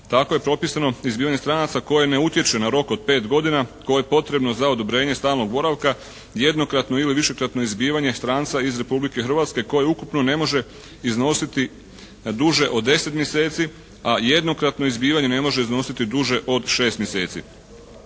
Tako je propisano izbivanje stranaca koje ne utječe na rok od pet godina, koje je potrebno za odobrenje stalnog boravka, jednokratno ili višekratno izbivanje stranca iz Republike Hrvatske koji ukupno ne može iznositi duže od 10 mjeseci, a jednokratno izbivanje ne može iznositi duže od šest mjeseci.